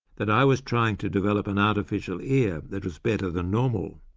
that i was trying to develop an artificial ear that was better than normal,